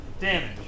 damage